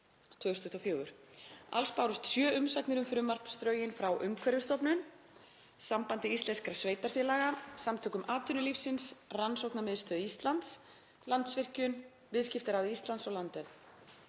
Alls bárust sjö umsagnir um frumvarpsdrögin frá Umhverfisstofnun, Sambandi íslenskra sveitarfélaga, Samtökum atvinnulífsins, Rannsóknamiðstöð Íslands, Landsvirkjun, Viðskiptaráði Íslands og Landvernd.